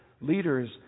leaders